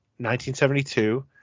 1972